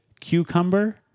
cucumber